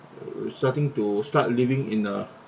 we starting to start living in a